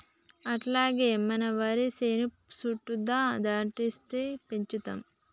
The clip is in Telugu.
అట్లాగే మన వరి సేను సుట్టుతా తాటిసెట్లు పెంచుదాము